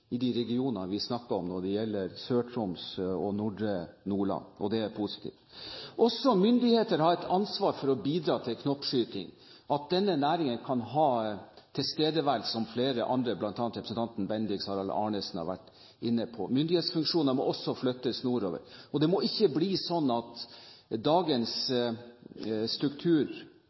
de regionene vi snakker om, Sør-Troms og nordre Nordland. Det er positivt. Også myndighetene har et ansvar for å bidra til knoppskyting, og at denne næringen kan ha tilstedeværelse, som flere andre, bl.a. representanten Bendiks H. Arnesen, har vært inne på. Myndighetsfunksjoner må også flyttes nordover. Det må ikke bli sånn at dagens struktur,